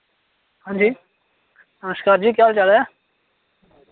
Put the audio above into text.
हांजी नमस्कार जी केह् हाल चाल ऐ